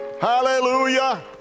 Hallelujah